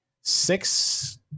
six